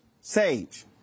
Sage